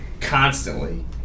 constantly